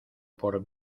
por